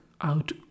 out